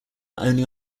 only